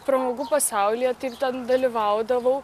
pramogų pasaulyje tai ten dalyvaudavau